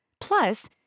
Plus